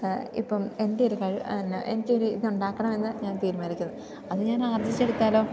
ഇപ്പം എൻ്റെ ഒരു കഴി എന്നാ എനിക്കൊരു ഇതുണ്ടാക്കണമെന്നു ഞാൻ തീരുമാനിക്കുന്നു അതു ഞാൻ ആർജ്ജിച്ചെടുത്താലോ